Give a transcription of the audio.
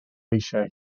eisiau